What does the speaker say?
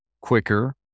quicker